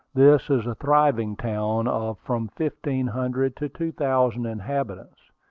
this is a thriving town of from fifteen hundred to two thousand inhabitants,